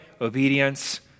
obedience